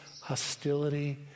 hostility